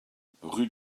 rue